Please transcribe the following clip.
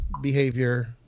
behavior